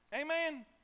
Amen